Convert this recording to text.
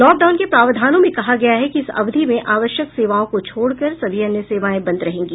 lockdown के प्रावधानों में कहा गया है कि इस अवधि में आवश्यक सेवाओं को छोड़कर सभी अन्य सेवाएं बंद रहेंगी